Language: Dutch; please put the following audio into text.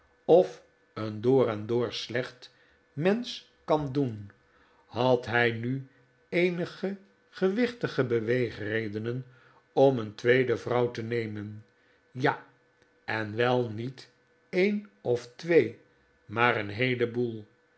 of een door en door slecht mensch kan doen had hij nu eenige gewichtige beweegredenen om een tweede vrouw te nemen ja en wel niet een of twee maar een heeleboel